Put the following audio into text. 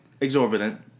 Exorbitant